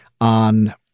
on